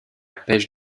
pêche